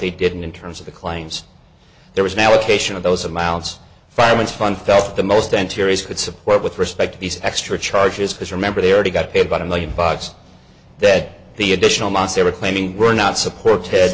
they did and in terms of the claims there was an allocation of those amounts fireman's fund felt the most entier is could support with respect to these extra charges because remember they already got paid but a million bucks dead the additional months they were claiming were not supported